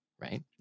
right